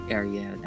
area